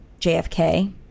JFK